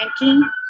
banking